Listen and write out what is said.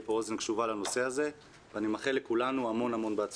פה אוזן קשובה לנושא הזה ואני מאחל לכולנו המון המון בהצלחה.